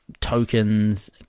tokens